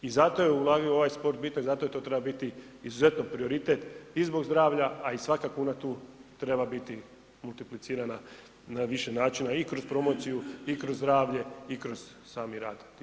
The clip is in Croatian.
I zato je ulaganje u ovaj sport bitno i zato to treba biti izuzetno prioritet i zbog zdravlja, a i svaka kuna tu treba biti multiplicirana na više načina i kroz promociju i kroz zdravlje i kroz sami rad tih sportaša.